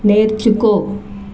నేర్చుకో